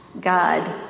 God